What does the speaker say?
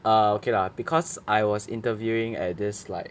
err okay lah because I was interviewing at this like